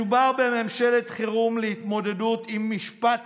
מדובר בממשלת חירום להתמודדות עם משפט